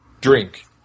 Drink